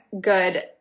good